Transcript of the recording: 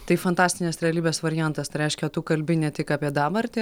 tai fantastinės realybės variantas tai reiškia tu kalbi ne tik apie dabartį